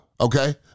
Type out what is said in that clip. Okay